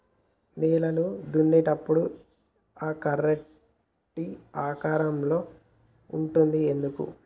నేలను దున్నేటప్పుడు ఆ కర్ర టీ ఆకారం లో ఉంటది ఎందుకు?